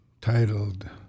titled